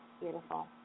Beautiful